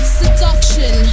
seduction